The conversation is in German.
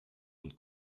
und